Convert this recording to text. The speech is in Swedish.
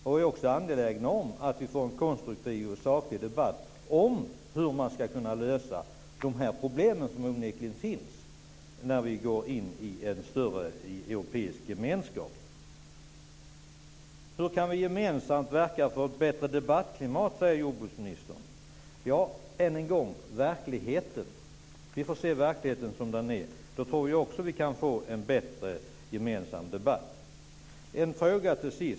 Vi är också angelägna om att få en konstruktiv och saklig debatt om hur man ska kunna lösa de problem som onekligen kommer att finnas när vi går in i en större europeisk gemenskap. Hur kan vi gemensamt verka för ett bättre debattklimat? frågar jordbruksministern. Än en gång: Vi får se verkligheten som den är. Då tror jag att vi kan få en bättre gemensam debatt. Till sist vill jag ställa en fråga.